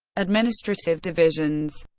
administrative divisions